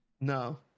no